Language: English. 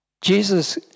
Jesus